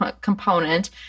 component